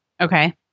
Okay